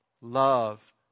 Love